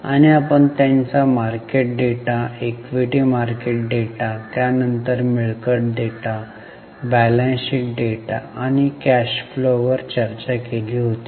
आणि आपण त्यांचा market data equity market data त्यानंतर मिळकत डेटा बॅलन्स शीट डेटा आणि कॅश फ्लो यावर चर्चा केली होती